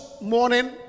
morning